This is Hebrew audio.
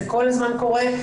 זה כל הזמן קורה.